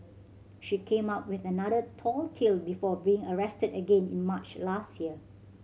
she came up with another tall tale before being arrested again in March last year